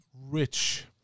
rich